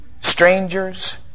strangers